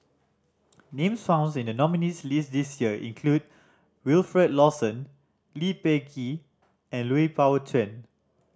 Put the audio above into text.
names founds in the nominees' list this year include Wilfed Lawson Lee Peh Gee and Lui Pao Chuen